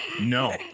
no